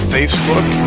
Facebook